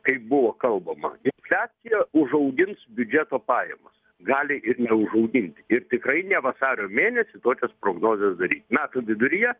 kaip buvo kalbama infliacija užaugins biudžeto pajamas gali ir neužauginti ir tikrai ne vasario mėnesį tokias prognozes daryt metų viduryje